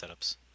setups